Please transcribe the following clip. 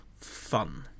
fun